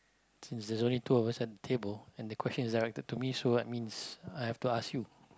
since there's only two of us at the table and the question is directed to me so that means I have to ask you